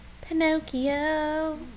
Pinocchio